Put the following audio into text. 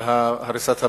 על הריסת הבתים,